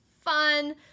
fun